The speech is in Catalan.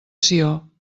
sió